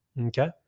Okay